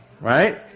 right